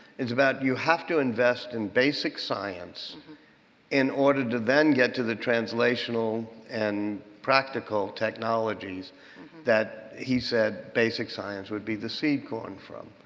it's about you have to invest in basic science in order to then get to the translational and practical technologies that he said basic science would be the seed corn from.